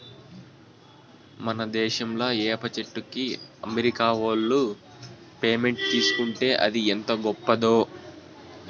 మన దేశంలా ఏప చెట్టుకి అమెరికా ఓళ్ళు పేటెంట్ తీసుకుంటే అది ఎంత గొప్పదో